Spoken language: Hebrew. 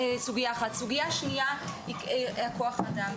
סוגיה שנייה, כוח אדם.